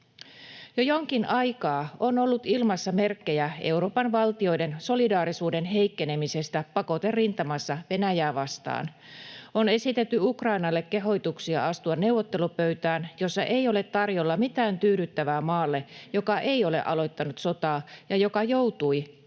Jo jonkin aikaa on ollut ilmassa merkkejä Euroopan valtioiden solidaarisuuden heikkenemisestä pakoterintamassa Venäjää vastaan. On esitetty Ukrainalle kehotuksia astua neuvottelupöytään, jossa ei ole tarjolla mitään tyydyttävää maalle, joka ei ole aloittanut sotaa ja joka joutui Venäjän